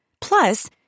Plus